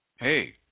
Hey